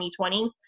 2020